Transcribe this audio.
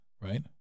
right